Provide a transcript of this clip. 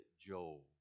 Joel